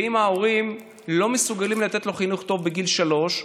ואם ההורים לא מסוגלים לתת לו חינוך טוב בגיל שלוש,